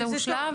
זה הושלם,